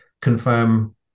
confirm